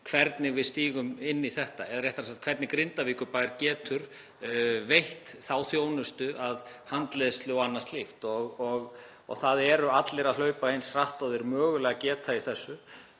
hvernig við stígum inn í þetta eða réttara sagt, hvernig Grindavíkurbær getur veitt þá þjónustu, handleiðslu og annað slíkt. Það eru allir að hlaupa eins hratt og þeir mögulega geta í þessu.